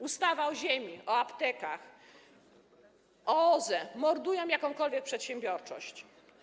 Ustawy o ziemi, o aptekach, o OZE mordują jakąkolwiek przedsiębiorczość.